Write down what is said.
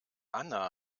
anna